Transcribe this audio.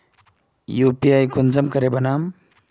UPI कुंसम करे बनाम?